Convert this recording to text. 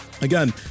Again